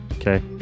okay